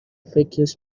فکرش